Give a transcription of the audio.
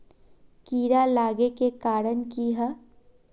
कीड़ा लागे के कारण की हाँ?